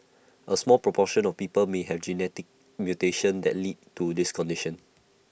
A small proportion of people may have genetic mutations that lead to this condition